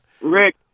Rick